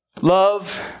Love